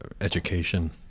education